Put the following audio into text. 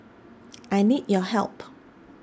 I need your help